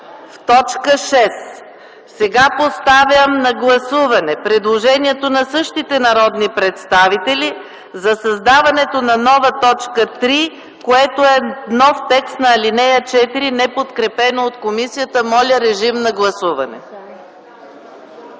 в т. 6. Поставям на гласуване предложението на същите народни представители за създаването на нова т. 3, което е нов текст на ал. 4, неподкрепено от комисията - за създаване